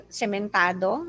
cementado